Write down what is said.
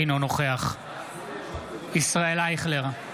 אינו נוכח ישראל אייכלר,